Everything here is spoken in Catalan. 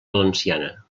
valenciana